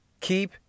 Keep